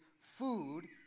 food